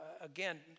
again